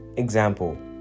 example